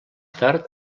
tard